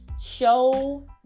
show